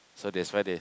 so that why they